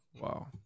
wow